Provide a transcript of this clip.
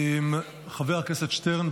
חבר הכנסת שטרן,